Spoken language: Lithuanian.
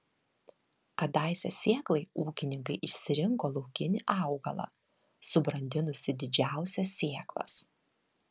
kadaise sėklai ūkininkai išsirinko laukinį augalą subrandinusį didžiausias sėklas